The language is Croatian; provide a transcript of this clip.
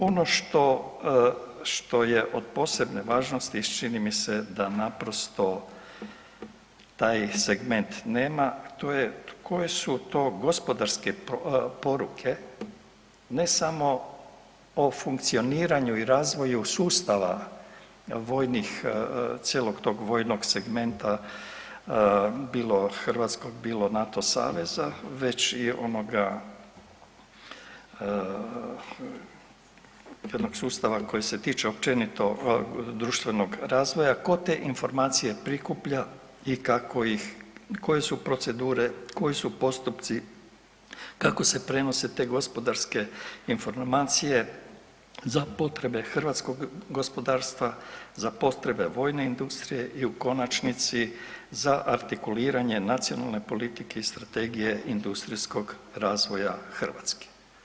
Ono što, što je od posebne važnosti, čini mi se da naprosto taj segment nema, to je koje su to gospodarske poruke, ne samo o funkcioniranju i razvoju sustava vojnih, cijelog tog vojnog segmenta, bilo hrvatskog, bilo NATO saveza, već i onoga, jednog sustava koji se tiče općenito društvenog razvoja, tko te informacije prikuplja i kako ih, koje su procedure, koji su postupci, kako se prenose te gospodarske informacije za potrebe hrvatskog gospodarstva, za potrebe vojne industrije, i u konačnici, za artikuliranje nacionalne politike i strategije industrijskog razvoja Hrvatske.